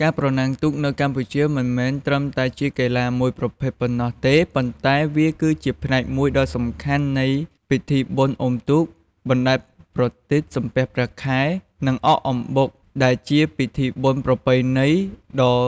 ការប្រណាំងទូកនៅកម្ពុជាមិនមែនត្រឹមតែជាកីឡាមួយប្រភេទប៉ុណ្ណោះទេប៉ុន្តែវាគឺជាផ្នែកមួយដ៏សំខាន់នៃពិធីបុណ្យអុំទូកបណ្ដែតប្រទីបសំពះព្រះខែនិងអកអំបុកដែលជាពិធីបុណ្យប្រពៃណីដ៏